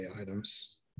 items